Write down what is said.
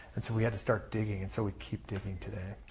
and so we have to start digging and so we keep digging today.